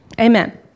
Amen